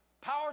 Power